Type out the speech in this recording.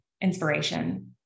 inspiration